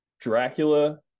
Dracula